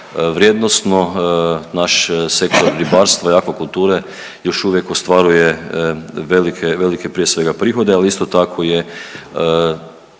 vrijednosno naš sektor ribarstva i akvakulture još uvijek ostvaruje velike, velike, prije svega, prihode, ali isto tako je